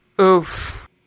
Oof